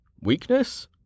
weakness